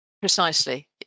Precisely